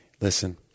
listen